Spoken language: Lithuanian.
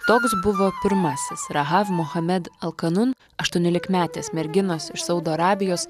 toks buvo pirmasis rahav mohamed alkanun aštuoniolikmetės merginos iš saudo arabijos